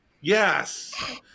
Yes